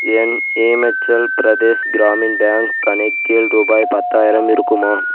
என் Himachal Pradesh Gramin bank கணக்கில் ரூபாய் பத்தாயிரம் இருக்குமா